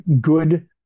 good